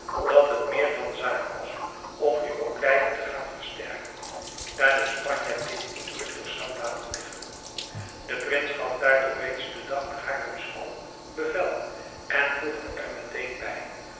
dat het meer dan zaak was om nu ook leiden te gaan versterken daar de spanjaard dit niet rustig zou laten liggen de prins gaf daartoe reeds den dag na haarlems val bevel en voegde er meteen bij